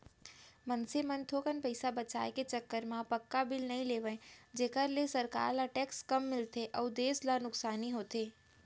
मनसे मन थोकन पइसा बचाय के चक्कर म पक्का बिल नइ लेवय जेखर ले सरकार ल टेक्स कम मिलथे अउ देस ल नुकसानी होथे